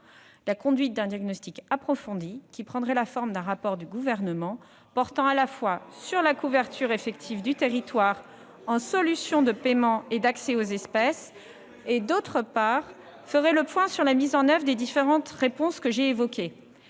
la conduite d'un diagnostic approfondi, qui prendrait la forme d'un rapport du Gouvernement ... Un rapport !... portant sur la couverture effective du territoire en solutions de paiement et d'accès aux espèces, et qui ferait le point sur la mise en oeuvre des différentes réponses que j'ai évoquées.